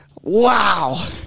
Wow